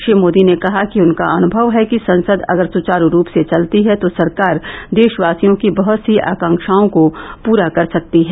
श्री मोदी ने कहा कि उनका अनुभव है कि संसद अगर सुचारू रूप से चलती है तो सरकार देशवासियों की बहुत सी आकांक्षाओं को पूरा कर सकती है